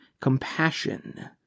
compassion